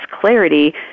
clarity